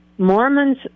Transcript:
Mormons